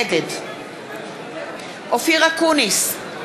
נגד אופיר אקוניס,